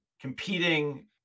competing